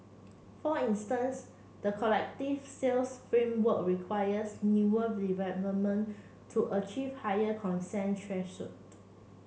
for instance the collective sales framework requires newer development to achieve higher consent